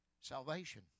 Salvation